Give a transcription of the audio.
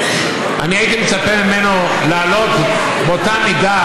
אני הייתי מצפה ממנו להעלות באותה מידה